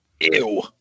Ew